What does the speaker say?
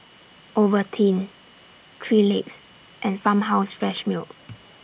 Ovaltine three Legs and Farmhouse Fresh Milk